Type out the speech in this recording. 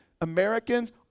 Americans